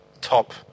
top